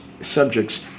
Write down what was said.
subjects